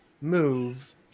move